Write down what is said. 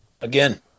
again